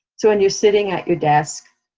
so when you're sitting at your desk,